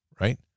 right